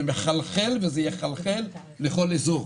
זה מחלחל וזה יחלחל לכל אזור.